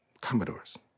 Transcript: Commodores